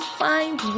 find